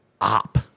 op